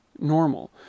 normal